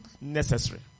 necessary